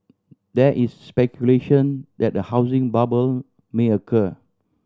there is speculation that a housing bubble may occur